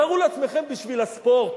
תארו לעצמכם, בשביל הספורט,